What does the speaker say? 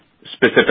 specific